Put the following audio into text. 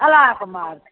अलाकमार्क